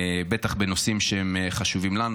בטח בנושאים שהם חשובים לנו,